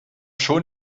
schon